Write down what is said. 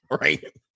right